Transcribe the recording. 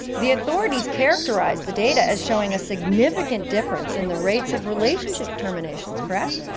the authorities characterize the data as showing a significant difference in the rates of relationship terminations, correct?